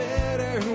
better